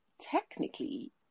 technically